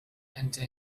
enter